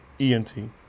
E-N-T